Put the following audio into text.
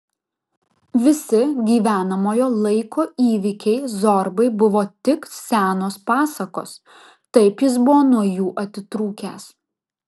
visi gyvenamojo laiko įvykiai zorbai buvo tik senos pasakos taip jis buvo nuo jų atitrūkęs